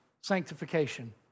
sanctification